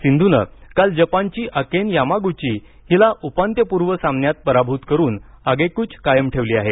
सिंधूनं काल जपानची अकेन यामागुची हिला उपांत्यपूर्व सामन्यात पराभूत करून आगेकूच कायम ठेवली आहे